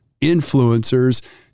influencers